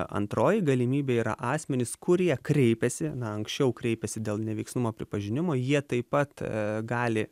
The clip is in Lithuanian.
antroji galimybė yra asmenys kurie kreipėsi na anksčiau kreipėsi dėl neveiksnumo pripažinimo jie taip pat gali